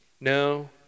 no